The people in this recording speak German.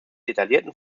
detaillierten